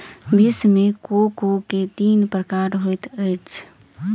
विश्व मे कोको के तीन प्रकार होइत अछि